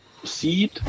proceed